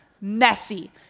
messy